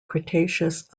cretaceous